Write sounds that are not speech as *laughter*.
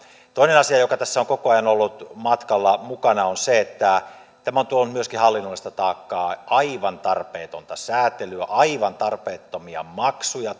toinen asia joka tässä on koko ajan ollut matkalla mukana on se että tämä on tuonut myöskin hallinnollista taakkaa aivan tarpeetonta säätelyä aivan tarpeettomia maksuja *unintelligible*